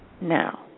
Now